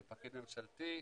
כפקיד ממשלתי,